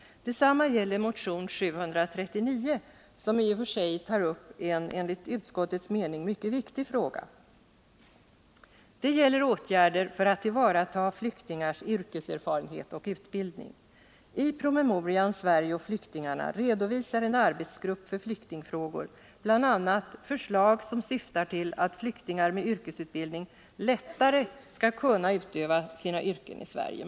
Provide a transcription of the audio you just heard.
Detsamma gäller motion nr 739, som i och för sig tar upp en enligt utskottets mening mycket viktig fråga. Det gäller åtgärder för att tillvarata flyktingars yrkeserfarenhet och utbildning. I promemorian Sverige och flyktingarna redovisar en arbetsgrupp för flyktingfrågor bl.a. förslag som syftar till att flyktingar med yrkesutbildning lättare skall kunna utöva sina yrken i Sverige.